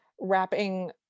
wrapping